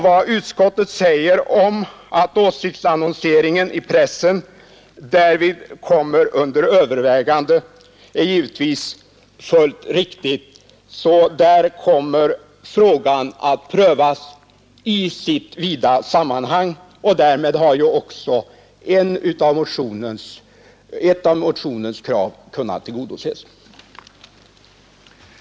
Vad utskottet säger om att åsiktsannonseringen i pressen därvid kommer under övervägande är givetvis fullt riktigt. Där kommer frågan att prövas i sitt stora sammanhang. Därmed har också ett av motionens krav kunnat tillgodoses.